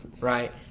Right